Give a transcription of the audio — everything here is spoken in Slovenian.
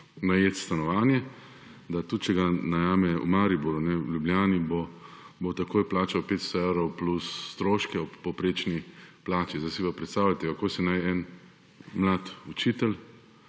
mestu stanovanje, tudi če ga najame v Mariboru, ne v Ljubljani, bo takoj plačal 500 evrov plus stroške ob povprečni plači. Zdaj si pa predstavljajte, kako naj si en mlad učitelj,